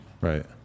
right